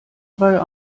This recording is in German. drei